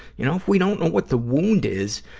you know, if we don't know what the wound is,